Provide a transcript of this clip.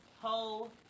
whole